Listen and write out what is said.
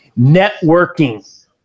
networking